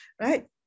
right